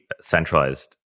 centralized